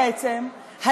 בעצם,